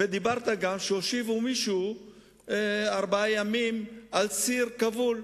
ואמרת גם שהושיבו מישהו ארבעה ימים על סיר, כבול.